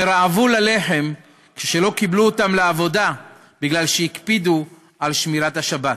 ורעבו ללחם כשלא קיבלו אותם לעבודה משום שהקפידו על שמירת השבת.